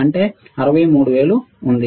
అంటే 63000 ఉంది